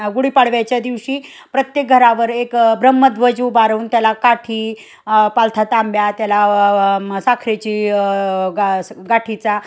गुढीपाडव्याच्या दिवशी प्रत्येक घरावर एक ब्रह्मध्वज उभारून त्याला काठी पालथी तांब्या त्याला साखरेची ग गाठीचा